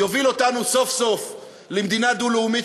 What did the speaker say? יוביל אותנו סוף-סוף למדינה דו-לאומית,